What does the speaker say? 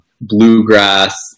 bluegrass